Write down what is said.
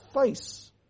face